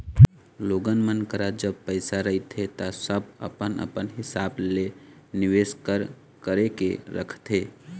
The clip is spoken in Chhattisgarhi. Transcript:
लोगन मन करा जब पइसा रहिथे ता सब अपन अपन हिसाब ले निवेस कर करके रखथे